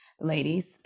Ladies